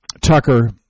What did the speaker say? Tucker